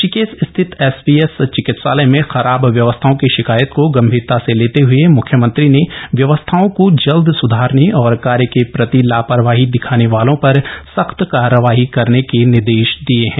ऋषिकेश स्थित एसपीएस चिकित्सालय में खराब व्यवस्थाओं की शिकायत को गंभीरता से लेते हए मुख्यमंत्री ने व्यवस्थाओं को जल्द सुधारने और कार्य के प्रति लापरवाही दिखाने वालों पर सख्त कारवाई करने के निर्देश दिये हैं